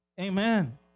Amen